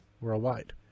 worldwide